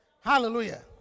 Hallelujah